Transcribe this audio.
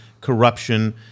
corruption